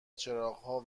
چراغا